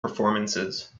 performances